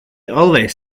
always